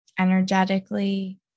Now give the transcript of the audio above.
Energetically